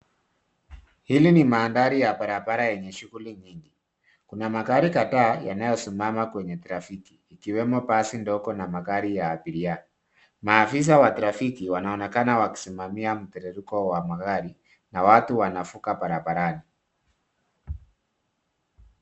Hili ni mandhari ya barabara yenye shughuli nyingi .Kuna magari kadhaa yanayosimama kwenye trafiki ikiwemo basi dogo na magari ya abiria. Maafisa wa trafiki wanaonekana wakisimamia mtiririko wa magari na watu wanavuka barabarani.